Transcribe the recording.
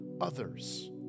others